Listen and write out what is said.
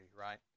right